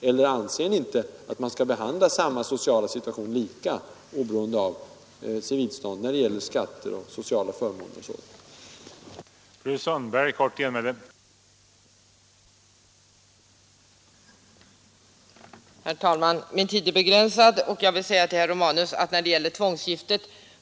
Anser ni inte att man skall behandla samma sociala situation lika, oberoende av civilstånd, när det gäller skatter, sociala förmåner, osv.?